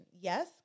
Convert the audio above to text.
Yes